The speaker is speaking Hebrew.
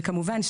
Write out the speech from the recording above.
וכמובן,